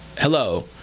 hello